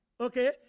okay